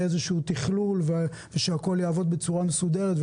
איזשהו תכלול ושהכול יעבוד בצורה מסודרת,